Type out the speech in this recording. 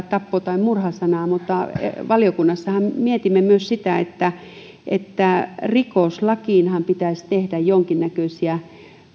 tappo tai murha mutta valiokunnassahan mietimme myös sitä että että rikoslakiinhan pitäisi tehdä jonkinnäköisiä